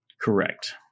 correct